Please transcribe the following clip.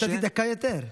נתתי דקה יותר.